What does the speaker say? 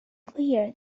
clear